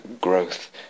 growth